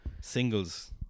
singles